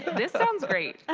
this sounds great.